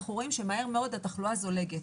אנחנו רואים שמהר מאוד התחלואה זולגת.